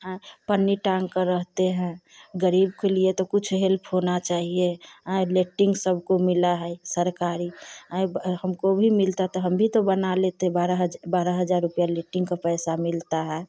आँय पन्नी टांग कर रहते हैं ग़रीब के लिए तो कुछ हेल्प होना चाहिए आँय लेट्टिंग सबको मिला है सरकारी आँय ब हमको भी मिलता त हम भी तो बना लेते बारह हज बारह हज़ार रुपया लेट्टिंग का पैसा मिलता है